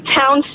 town